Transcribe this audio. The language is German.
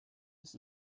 ist